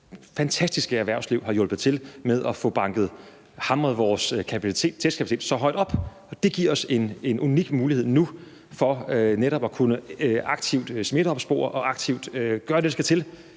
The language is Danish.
fantastiske erhvervsliv har hjulpet til med at få banket og hamret vores testkapacitet så højt op. Og det giver os en unik mulighed nu for netop aktivt at kunne smitteopspore og aktivt gøre det, der skal til